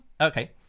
Okay